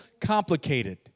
complicated